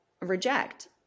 reject